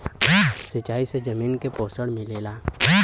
सिंचाई से जमीन के पोषण मिलेला